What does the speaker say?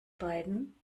beiden